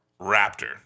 Raptor